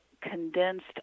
condensed